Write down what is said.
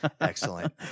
Excellent